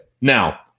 Now